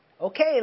Okay